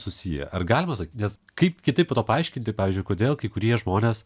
susiję ar galima sakyt nes kaip kitaip paaiškinti pavyzdžiui kodėl kai kurie žmonės